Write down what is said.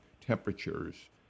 temperatures